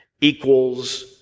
equals